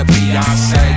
Beyonce